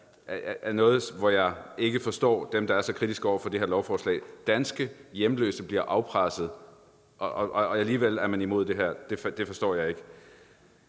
er noget, hvor jeg ikke forstår dem, der er så kritiske over for det her lovforslag. Danske hjemløse bliver afpresset, og alligevel er man imod det her. Det forstår jeg ikke.